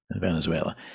Venezuela